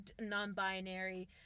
non-binary